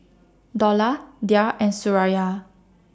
Dollah Dhia and Suraya